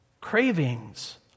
Cravings